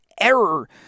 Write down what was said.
error